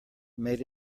made